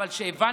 אבל כשהבנתי,